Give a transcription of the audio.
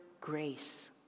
grace